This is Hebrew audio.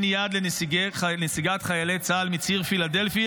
יד לנסיגת חיילי צה"ל מציר פילדלפי.